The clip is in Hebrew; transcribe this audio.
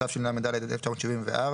התשל"ד-1974,